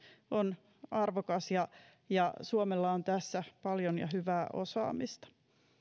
on arvokas ja ja suomella on tässä paljon ja hyvää osaamista